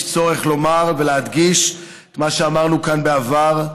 צורך לומר ולהדגיש את מה שאמרנו כאן בעבר: